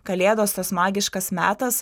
kalėdos tas magiškas metas